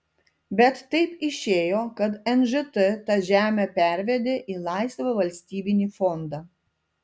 bet taip išėjo kad nžt tą žemę pervedė į laisvą valstybinį fondą